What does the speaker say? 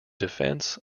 defence